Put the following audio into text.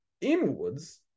inwards